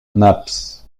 nabbs